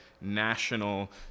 national